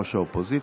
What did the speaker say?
ראש האופוזיציה,